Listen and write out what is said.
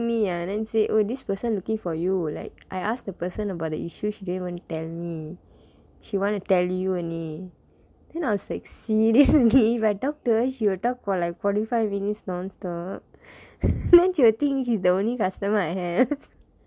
me ah and then say oh this person looking for you like I ask the person about the issue she didn't even tell me she want to tell you only then I was like see this if I talk to her she will talk like forty five minutes non-stop then she will think she is the only customer I have